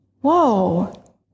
Whoa